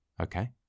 Okay